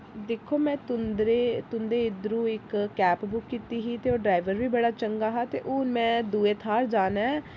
दिक्खो में तुं'दे तुं'दे इद्धरों इक कैब बुक कीती ही ते ओ ड्राइवर बी बड़ा चंगा हा ते हून में दूए थाह्र जाना ऐ